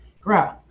grow